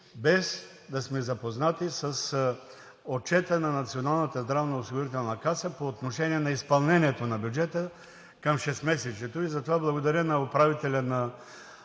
без да сме запознати с Отчета на Националната здравноосигурителна каса по отношение на изпълнението на бюджета към шестмесечието. Затова благодаря на управителя на